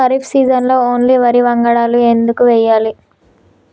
ఖరీఫ్ సీజన్లో ఓన్లీ వరి వంగడాలు ఎందుకు వేయాలి?